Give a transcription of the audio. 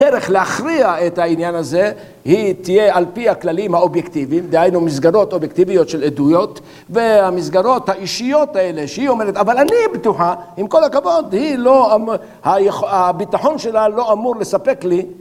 ערך להכריע את העניין הזה היא תהיה על פי הכללים האובייקטיביים דהיינו מסגרות אובייקטיביות של עדויות והמסגרות האישיות האלה שהיא אומרת אבל אני בטוחה עם כל הכבוד הביטחון שלה לא אמור לספק לי